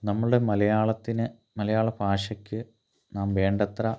നമ്മുടെ മലയാളത്തിന് മലയാള ഭാഷയ്ക്ക് നാം വേണ്ടത്ര